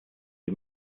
die